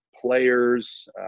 players